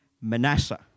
Manasseh